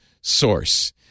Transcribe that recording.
source